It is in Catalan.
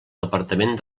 departament